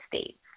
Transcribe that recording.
states